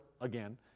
Again